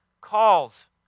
calls